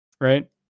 right